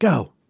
Go